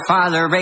Father